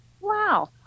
Wow